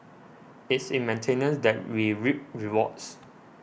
it's in maintenance that we reap rewards